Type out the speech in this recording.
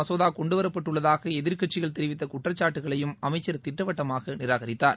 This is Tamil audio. மசோதா கொண்டுவரப்பட்டுள்ளதாக அவசர கதியில் இந்த எதிர்கட்சிகள் தெரிவித்த குற்றச்சாட்டுகளையும் அமைச்சர் திட்டவட்டமாக நிராகரித்தார்